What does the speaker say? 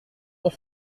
pour